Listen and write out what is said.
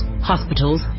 hospitals